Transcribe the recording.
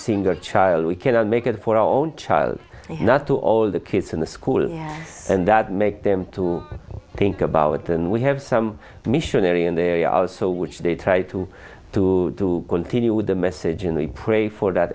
single child we cannot make it for our own child not to all the kids in the school and that make them to think about it and we have some missionary and they are so which they try to to to continue with the message in the pray for that